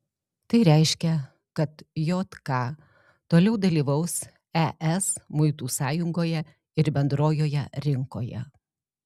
tai reiškia kad jk toliau dalyvaus es muitų sąjungoje ir bendrojoje rinkoje